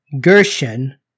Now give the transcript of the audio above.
Gershon